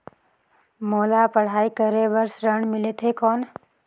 मोला पढ़ाई करे बर ऋण मिलथे कौन?